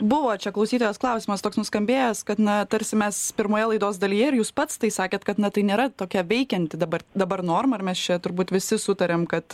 buvo čia klausytojos klausimas toks nuskambėjęs kad na tarsi mes pirmoje laidos dalyje ir jūs pats tai sakėt kad tai nėra tokia veikianti dabar dabar norma ar mes čia turbūt visi sutariam kad